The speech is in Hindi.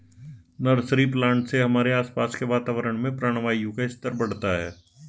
नर्सरी प्लांट से हमारे आसपास के वातावरण में प्राणवायु का स्तर बढ़ता है